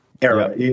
Era